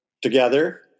together